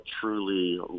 truly